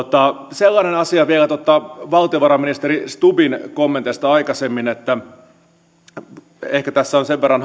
sellainen asia vielä valtiovarainministeri stubbin kommenteista aikaisemmin ehkä tässä on sen verran